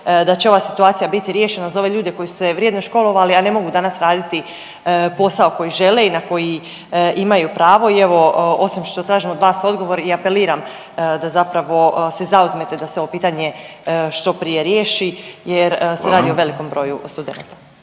da će ova situacija biti riješena za ove ljude koji su se vrijedno školovali, a ne mogu danas raditi posao koji žele i na koji imaju pravo i evo, osim što tražim od vas odgovor i apeliram da zapravo se zauzmete da se ovo pitanje što prije riješi jer se radi o velikom broju studenata.